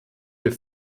wir